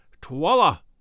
Twala